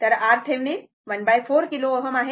तर RThevenin 14 kilo Ω आहे